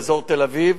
לאזור תל-אביב.